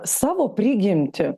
savo prigimtį